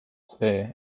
see